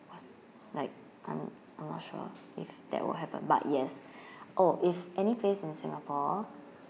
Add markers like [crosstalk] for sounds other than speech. was like I I'm not sure if that will happen but yes [breath] oh if any place in singapore